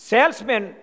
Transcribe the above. Salesmen